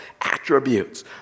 attributes